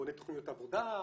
בונה תכניות עבודה,